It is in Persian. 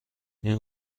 این